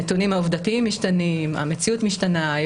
הנתונים העובדתיים משתנים, המציאות משתנה,